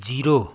zero